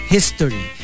History